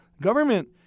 government